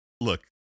Look